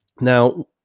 Now